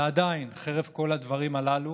ועדיין, חרף כל הדברים הללו